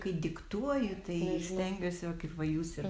kai diktuoju tai stengiuosi va kaip va jūs ir